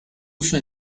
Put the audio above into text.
uso